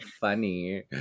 funny